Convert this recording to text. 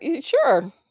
Sure